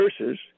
verses